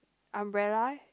umbrella